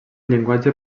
llenguatge